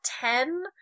ten